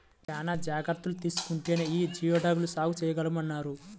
చానా జాగర్తలు తీసుకుంటేనే యీ జియోడక్ ల సాగు చేయగలమంటన్నారు